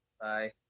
bye